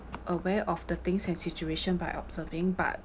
aware of the things and situation by observing but